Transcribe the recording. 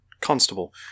Constable